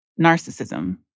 narcissism